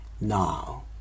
Now